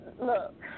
look